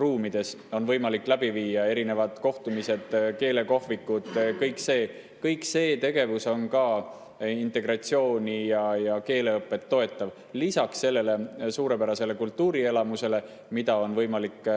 ruumides on võimalik läbi viia – erinevad kohtumised, keelekohvikud, kogu see tegevus –, on ka integratsiooni ja keeleõpet toetavad. Lisaks siis see suurepärane kultuurielamus, mida on võimalik